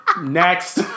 Next